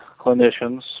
clinicians